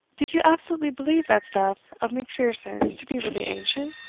did you absolutely believe that stuff of macpherson's to be really ancient,